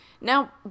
Now